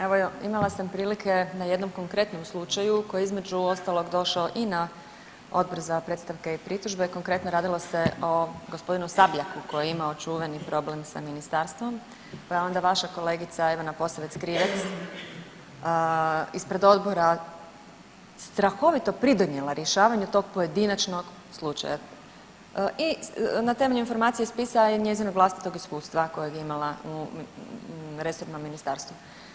Evo imala sam prilike na jednom konkretnom slučaju koji je između ostalog došao i na Odbor za predstavke i pritužbe, konkretno radilo se o g. Sabljaku koji je imao čuveni problem sa ministarstvom, pa je onda vaša kolegica Ivana Posavec Krivec ispred odbora strahovito pridonijela rješavanju tog pojedinačnog slučaja i na temelju informacije spisa i njezinog vlastitog iskustva kojeg je imala u resornom ministarstvu.